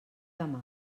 demà